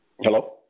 Hello